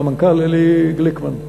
והמנכ"ל אלי גליקמן.